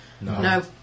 No